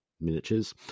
miniatures